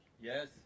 Yes